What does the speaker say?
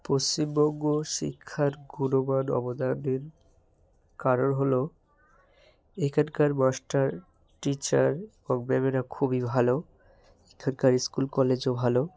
পশ্চিমবঙ্গ শিক্ষার গুণমান অবদানের কারণ হল এইখানকার মাস্টার টিচার ও ম্যামেরা খুবই ভালো এখানকার স্কুল কলেজও ভালো